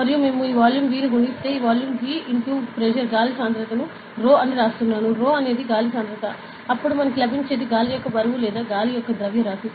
మరియు మేము ఈ వాల్యూమ్ V ను గుణిస్తే ఈ వాల్యూమ్ V x గాలి సాంద్రత నేను రో వ్రాస్తున్నాను రో అనేది గాలి సాంద్రత అప్పుడు మనకు లభించేది గాలి యొక్క బరువు లేదా గాలి ద్రవ్యరాశి